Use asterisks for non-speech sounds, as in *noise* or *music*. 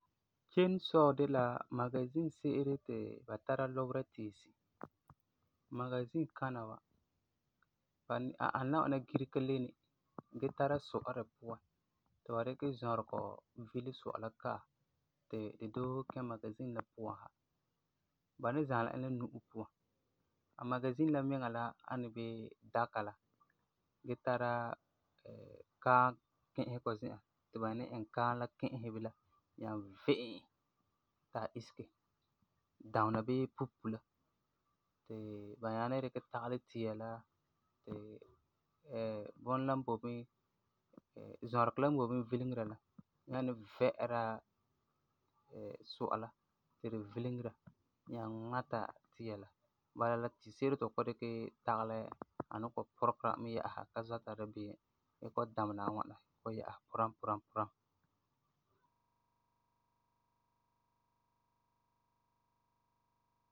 Chainsaw de la magazin se'ere ti ba tara lubera tiisi. Magazin kana wa ba, a ani la ŋwana girega leni gee tara su'a di puan ti ba dikɛ zɔregɔ vile su'a la kaɛ ti di koose kɛ magazin la puan sa. Ba ni zãla e la nu'o puan. A magazin la miŋa la ani bii daka la, gee *hesitation* tara kaam ki'isegɔ zi'an ti ba ni iŋɛ kaam la ki'isɛ bilam, nyaa ve'e e ti a isege, damena bii pupu la ti ba ni dikɛ tagelɛ tia la ti *hesitation* bunɔ la n boi bini, zɔregɔ la n boi bini vileŋera la nyaa ni vɛ'ɛra *hesitation* su'a la, ti di vileŋera, nyaa ŋmata tia la, bala la tise'ere ti fu kɔ"ɔm dikɛ tagelɛ, a ni kɔ'ɔm puregera di mɛ yɛ'ɛsa, ka zɔta dabeem gee kɔ'ɔm damena e ŋwana kɔ'ɔm yɛ'ɛsera puram puram puram.